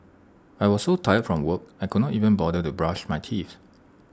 I was so tired from work I could not even bother to brush my teeth